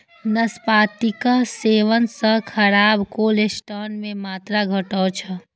नाशपातीक सेवन सं खराब कोलेस्ट्रॉल के मात्रा घटै छै